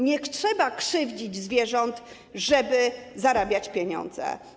Nie trzeba krzywdzić zwierząt, żeby zarabiać pieniądze.